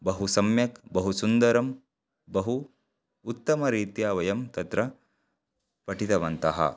बहु सम्यक् बहु सुन्दरं बहु उत्तमरीत्या वयं तत्र पठितवन्तः